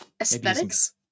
aesthetics